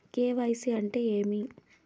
KYC అంటే ఏమి?